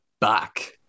back